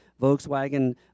Volkswagen